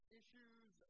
issues